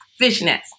Fishnets